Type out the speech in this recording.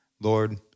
Lord